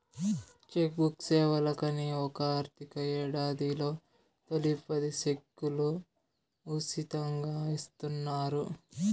check book సేవలకని ఒక ఆర్థిక యేడాదిలో తొలి పది సెక్కులు ఉసితంగా ఇస్తున్నారు